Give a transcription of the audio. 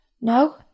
No